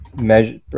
measure